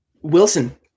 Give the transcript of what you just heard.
Wilson